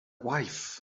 wife